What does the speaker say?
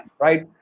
right